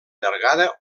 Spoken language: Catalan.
llargada